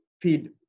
feed